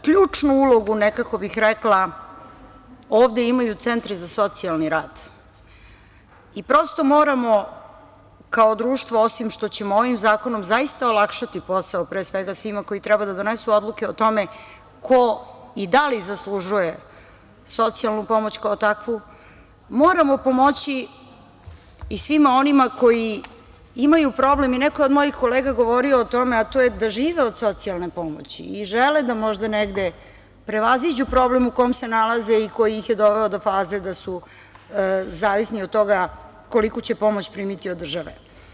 Ključnu ulogu, nekako bih rekla, ovde imaju centri za socijalni rad i prosto moramo kao društvo, osim što ćemo ovim zakonom zaista olakšati posao, pre svega svima koji treba da donesu odluke o tome ko i da li zaslužuje socijalnu pomoć kao takvu, moramo pomoći i svima onima koji imaju problem, neko je od mojih kolega govorio o tome, a to je da žive od socijalne pomoći i žele da možda negde prevaziđu problem u kom se nalaze i koji ih je doveo do faze da su zavisni od toga koliku će pomoć primiti od države.